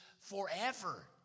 forever